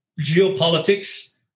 geopolitics